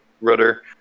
Rudder